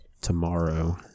tomorrow